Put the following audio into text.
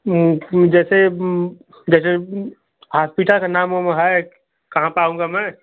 जैसे जैसे हास्पिटर है न है वो है कहाँ पर आऊँगा मैं